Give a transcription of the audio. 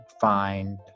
find